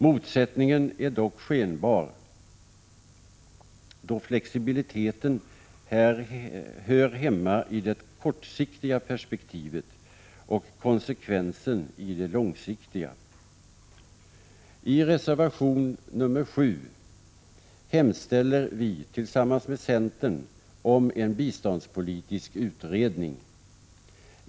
Motsättningen är dock skenbar, då flexibiliteten hör hemma i det kortsiktiga perspektivet och konsekvensen i det långsiktiga. I reservation nr 7 hemställer vi tillsammans med centern om en biståndspolitisk utredning.